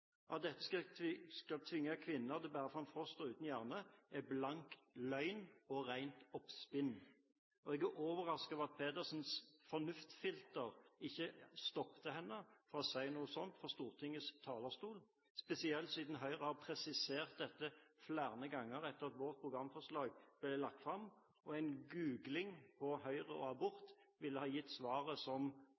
dette skulle tvinge kvinner til å bære fram fostre uten hjerne, er blank løgn og rent oppspinn. Jeg er overrasket over at Pedersens fornuftfilter ikke stoppet henne fra å si noe sånt fra Stortingets talerstol, spesielt siden Høyre har presisert dette flere ganger etter at vårt programforslag ble lagt fram. Et Google-søk etter «Høyre og abort» ville ha gitt svaret som